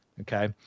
Okay